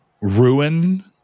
ruin